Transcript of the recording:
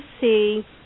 see